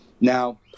Now